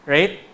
Right